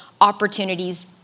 opportunities